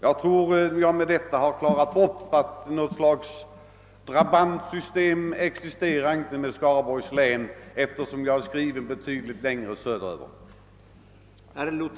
Jag tror att jag med detta har klargjort att det inte existerar något slags drabantsystem i Skaraborgs län eftersom jag är skriven betydligt längre söderut.